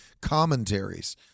commentaries